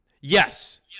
Yes